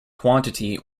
quantity